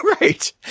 right